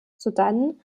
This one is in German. sodann